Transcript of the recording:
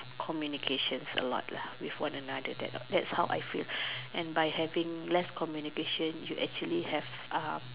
communications a lot lah with one another that that's how I feel and by having less communications you actually have uh